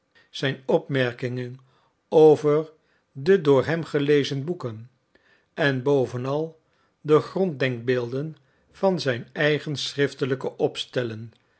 zijn opmerkingen over de door hem gelezen boeken en bovenal de gronddenkbeelden van zijn eigen schriftelijke opstellen